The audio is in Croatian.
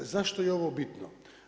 Zašto je ovo bitno?